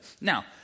Now